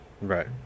right